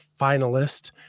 finalist